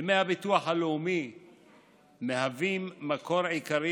דמי הביטוח הלאומי מהווים מקור עיקרי